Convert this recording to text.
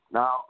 Now